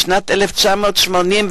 בשנת 1981,